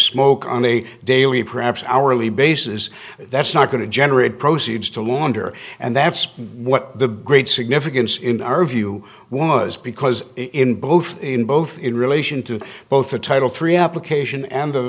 smoke on a daily perhaps hourly basis that's not going to generate proceeds to launder and that's what the great significance in our view was because in both in both in relation to both the title three application and the